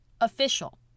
official